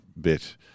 bit